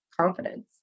confidence